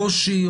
קושי,